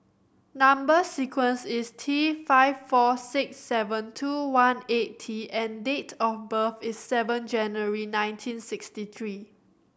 number sequence is T five four six seven two one eight T and date of birth is seven January nineteen sixty three